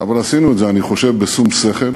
אבל עשינו את זה, אני חושב בשום שכל,